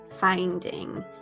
finding